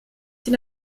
die